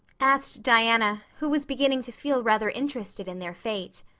asked diana, who was beginning to feel rather interested in their fate.